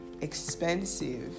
expensive